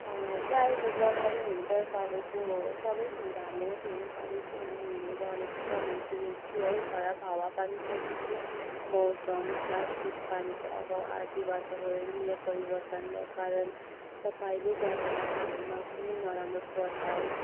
प्रायः जस्तो जङ्गलै हुन्छ सबैको सबैको हुन्छ हाम्रो मात्रै होइन सबैको हु हुने गरेको छ मैले देखेको छु है खराब हावापानी प्रतिकूल मौसम प्लास्टिक पानीको अभाव आदि वातावरणीय परिवर्तनका कारण तपाईँले जनावरहरूमा कुनै नराम्रो प्रभाव